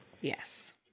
Yes